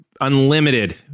unlimited